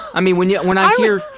i mean when yeah when i hear.